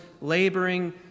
laboring